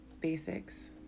basics